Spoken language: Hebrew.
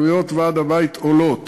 עלויות ועד הבית עולות,